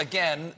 Again